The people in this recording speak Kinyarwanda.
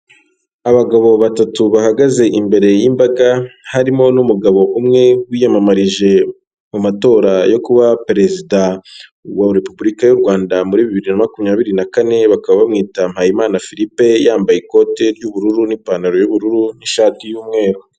Abagabo batatu bahagaze imbere y'imbaga, harimo n'umugabo umwe wiyamamarije mu matora yo kuba perezida wa repubulika y'u Rwanda muri bibiri na makumyabiri na kane, bakaba bamwita Mpayimana Philipe, yambaye ikote ry'ubururu n'ipantaro y'ubururu n'ishati y'umweru.